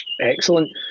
Excellent